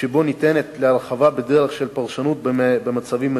שבו ניתנת להרחבה בפרשנות במצבים מתאימים,